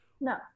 no